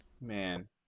Man